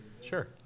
Sure